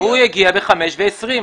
הוא הגיע ב-17:20.